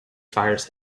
fires